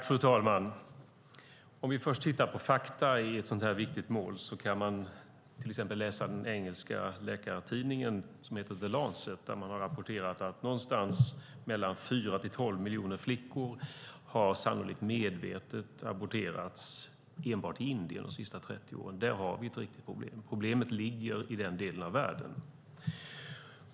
Fru talman! Om vi först tittar på fakta i ett så här viktigt mål kan man till exempel läsa den engelska läkartidningen The Lancet. Där har man rapporterat att någonstans mellan fyra och tolv miljoner flickor sannolikt har aborterats medvetet enbart i Indien de senaste 30 åren. Där har vi ett riktigt problem. Problemet ligger i den delen av världen.